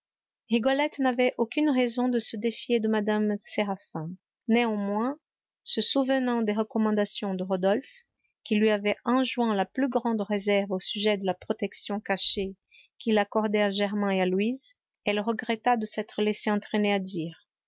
rigolette n'avait aucune raison de se défier de mme séraphin néanmoins se souvenant des recommandations de rodolphe qui lui avait enjoint la plus grande réserve au sujet de la protection cachée qu'il accordait à germain et à louise elle regretta de s'être laissé entraîner à dire